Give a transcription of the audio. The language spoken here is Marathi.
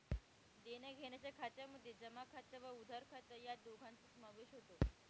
देण्याघेण्याच्या खात्यामध्ये जमा खात व उधार खात या दोघांचा समावेश होतो